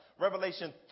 Revelation